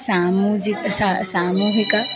सामुहिक सा सामुहिक